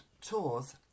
Tours